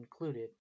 included